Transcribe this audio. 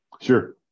Sure